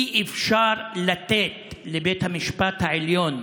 אי-אפשר לתת לבית המשפט העליון,